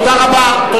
תודה רבה.